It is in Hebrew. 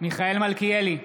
מיכאל מלכיאלי,